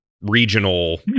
regional